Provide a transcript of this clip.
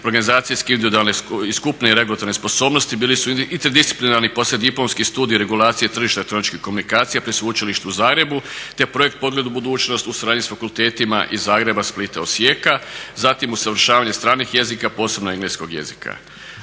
organizacijski i individualne skupine i regulatorne sposobnosti, bili su interdisciplinarni i poslijediplomski studiji regulacije tržišta elektroničkih komunikacija pri sveučilištu u Zagrebu te projekt Pogled u budućnost u suradnji sa fakultetima iz Zagreba, Splita i Osijeka. Zatim usavršavanje stranih jezika, posebno engleskog jezika.